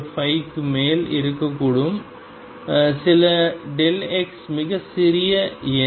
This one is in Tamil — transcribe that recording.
005 க்கு மேல் இருக்கக்கூடும் சில xமிகச் சிறிய எண்